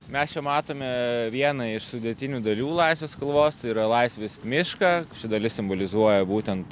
mes čia matome vieną iš sudėtinių dalių laisvės kalvos tai yra laisvės mišką ši dalis simbolizuoja būtent